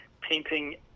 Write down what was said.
painting